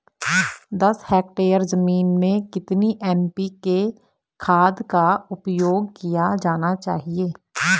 दस हेक्टेयर जमीन में कितनी एन.पी.के खाद का उपयोग किया जाना चाहिए?